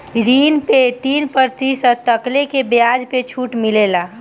ऋण पे तीन प्रतिशत तकले के बियाज पे छुट मिलेला